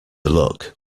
luck